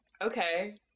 okay